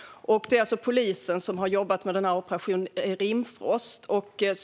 Det är alltså polisen som har jobbat med Operation Rimfrost.